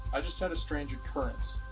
i just had a strange occurrence.